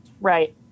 right